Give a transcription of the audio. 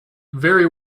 very